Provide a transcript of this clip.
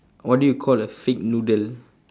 what do you call a fake noodle